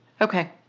Okay